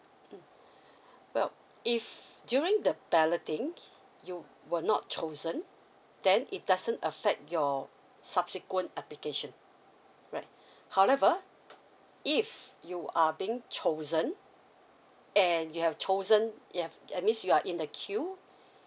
mmhmm well if during the balloting you were not chosen then it doesn't affect your subsequent application right however if you are being chosen and you have chosen you have that means you are in the queue